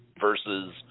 Versus